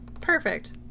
Perfect